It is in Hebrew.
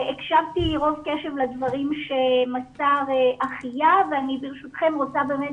הקשבתי רוב-קשב לדברים שמסר אחיה ואני ברשותכם רוצה באמת